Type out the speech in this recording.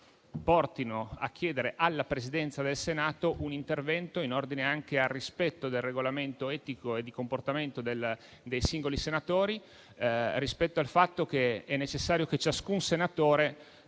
portano a chiedere alla Presidenza del Senato un intervento, in ordine anche al rispetto del regolamento etico e di comportamento dei singoli senatori, rispetto al fatto che è necessario che ciascun senatore